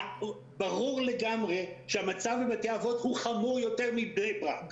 ברור לגמרי שהמצב בבתי האבות חמור יותר מאשר בבני ברק,